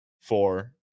four